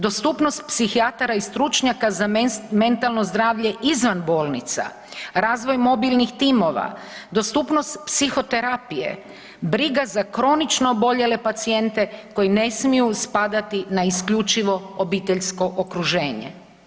Dostupnost psihijatara i stručnjaka za mentalno zdravlje izvan bolnica, razvoj mobilnih timova, dostupnost psihoterapije, briga za kronično oboljele pacijente koji ne smiju spadati na isključivo obiteljsko okruženje.